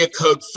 code